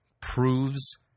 proves